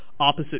opposite